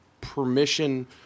permission